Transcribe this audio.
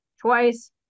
twice